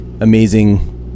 amazing